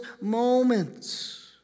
moments